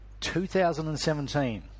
2017